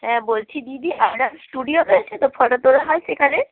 হ্যাঁ বলছি দিদি আপনার স্টুডিও রয়েছে তো ফটো তোলা হয় সেখানে